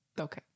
Okay